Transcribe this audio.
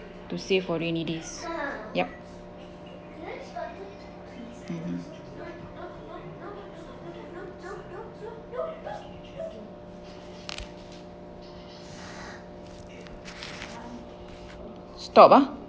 to save for rainy days yup stop ah